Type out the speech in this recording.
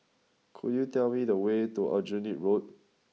could you tell me the way to Aljunied Road